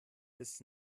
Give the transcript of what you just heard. bis